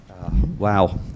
Wow